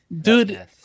dude